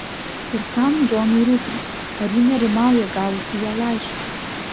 ir kam džonui rūpintis ar ji nerimauja gavusi jo laišką